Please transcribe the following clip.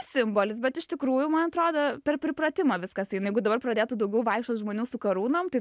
simbolis bet iš tikrųjų man atrodo per pripratimą viskas eina jeigu dabar pradėtų daugiau vaikščiot žmonių su karūnom tai